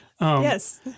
yes